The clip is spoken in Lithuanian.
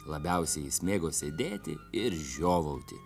labiausiai jis mėgo sėdėti ir žiovauti